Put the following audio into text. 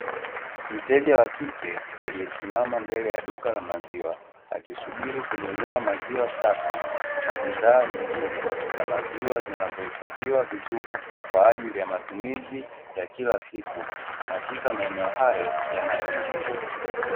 Mteja wa kike aliyesimama mbele ya duka la maziwa akisubiri kununua maziwa safi na bidhaa nyingine za maziwa zinazohifadhiwa vizuri kwa ajili ya matumizi ya kila siku, katika maeneo hayo yanayomzunguka.